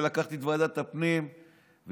ולקחתי את ועדת הפנים והחלטתי,